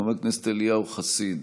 חבר הכנסת אליהו חסיד,